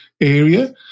area